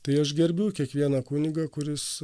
tai aš gerbiu kiekvieną kunigą kuris